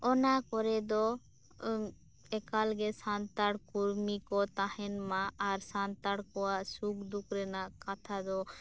ᱚᱱᱟ ᱠᱚᱨᱮᱫᱚ ᱮᱠᱟᱞ ᱜᱮ ᱥᱟᱱᱛᱟᱲ ᱠᱚᱨᱢᱤ ᱠᱚ ᱛᱟᱦᱮᱱᱼᱢᱟ ᱟᱨ ᱥᱟᱱᱛᱟᱲ ᱠᱚᱣᱟᱜ ᱥᱩᱠᱼᱫᱩᱠ ᱨᱮᱱᱟᱜ ᱠᱟᱛᱷᱟ ᱫᱚ